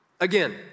Again